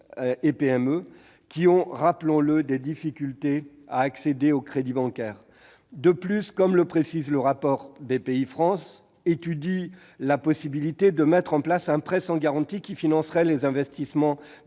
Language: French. et PME, qui ont, rappelons-le, des difficultés à accéder au crédit bancaire. De plus, comme le précise le rapport, Bpifrance étudie la possibilité de mettre en place un prêt sans garantie qui financerait les investissements